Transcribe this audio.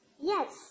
Yes